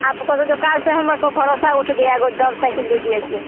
आपका तो दुकान से हमारा को भरोसा उठ गया है सइकिल दे दिए ऐसे